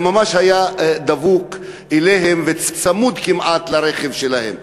זה ממש היה דבוק אליהם וצמוד כמעט לרכב שלהם.